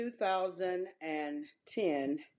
2010